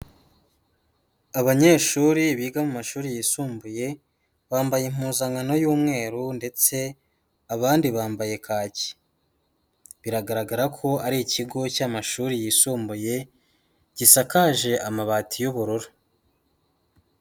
Abanyeshuri biga mu mashuri yisumbuye bambaye impuzankano y'umweru ndetse abandi bambaye kaki. Biragaragara ko ari ikigo cy'amashuri yisumbuye gisakaje amabati y'ubururu.